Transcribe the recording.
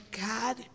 God